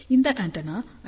இந்த ஆண்டெனா 5